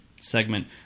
segment